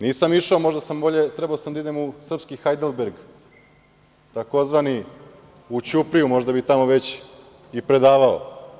Nisam išao, možda sam bolje trebao da idem u srpski Hajdelberg, tzv. u Ćupriju, možda bih tamo već i predavao.